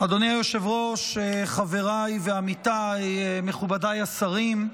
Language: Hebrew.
אדוני היושב-ראש, חבריי ועמיתיי, מכובדיי השרים,